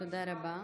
תודה רבה.